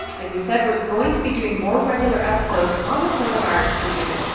like we said, we're going to be doing more regular episodes on the coronavirus for you,